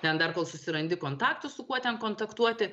ten dar kol susirandi kontaktus su kuo ten kontaktuoti